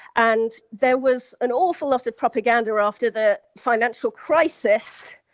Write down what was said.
and there was an awful lot of propaganda after the financial crisis,